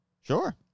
Sure